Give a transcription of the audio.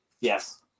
Yes